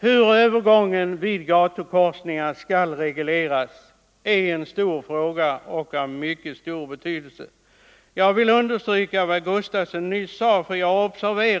Hur övergången vid gatukorsningar skall regleras är en fråga av mycket stor betydelse. Jag vill understryka vad herr Gustafson i Göteborg sade i detta sammanhang.